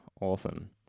awesome